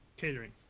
Catering